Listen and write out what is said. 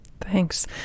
Thanks